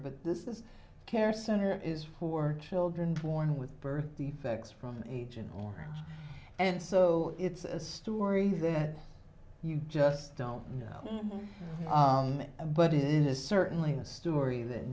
but this care center is for children born with birth defects from agent orange and so it's a story said you just don't know but it is certainly a story that